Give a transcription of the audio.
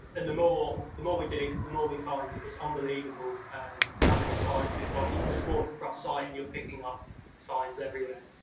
and the more the more we dig, the more we find. it is unbelievable and how many finds we've got. you can just walk across site, and you're picking up finds everywhere.